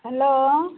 hello